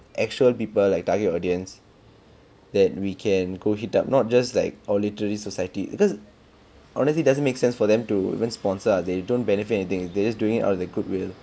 actual people like target audience that we can go hit up not just like orh literary society because honestly doesn't make sense for them to even sponsor ah they don't benefit anything they just doing it out of their goodwill